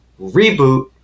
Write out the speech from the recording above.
reboot